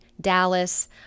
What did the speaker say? Dallas